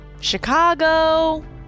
Chicago